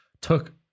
took